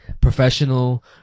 professional